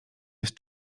jest